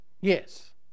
Yes